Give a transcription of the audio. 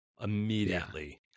immediately